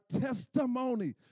testimony